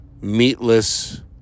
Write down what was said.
meatless